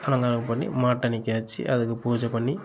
அலங்காரம் பண்ணி மாட்டை நிற்க வச்சி அதுக்கு பூஜை பண்ணி